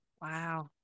Wow